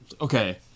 okay